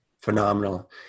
Phenomenal